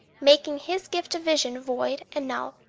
making his gift of vision void and null.